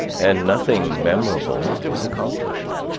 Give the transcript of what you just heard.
and nothing memorable is accomplished.